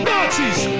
Nazis